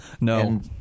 No